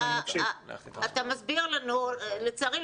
אני רוצה שתתייחס בבקשה לתשובות לפעימות